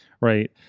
right